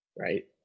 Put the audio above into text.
Right